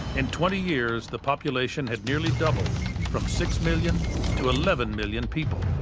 in twenty years, the population had nearly doubled from six million to eleven million people,